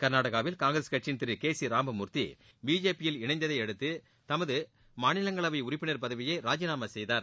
கர்நாடகாவில் காங்கிரஸ் கட்சியின் திரு கே சி ராமமூர்த்தி பிஜேபியில் இணைந்ததையடுத்து தமது மாநிலங்ளவை உறுப்பினர் பதவியை ராஜினாமா செய்தார்